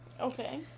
Okay